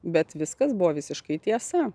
bet viskas buvo visiškai tiesa